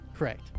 Correct